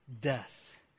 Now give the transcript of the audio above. Death